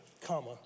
comma